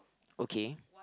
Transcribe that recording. okay